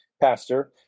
pastor